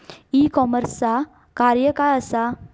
E कॉमर्सचा कार्य काय असा?